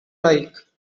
like